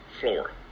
floor